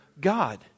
God